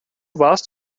warst